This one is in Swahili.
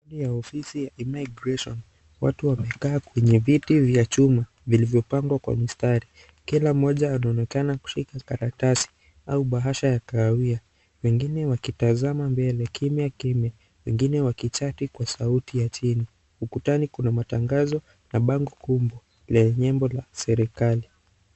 Ndani ya ofisi ya Immigration watu wamekaa kwenye viti vya chuma vilivyopangwa kwa mstari. Kila mmoja anaonekana kushika karatasi au bahasha ya kahawia; wengine wakitazama mbele kimnyakimnya wengine wakichati kwa sauti ya chini. Ukutani kuna matangazo, mabango kubwa yenye nembo ya serikali.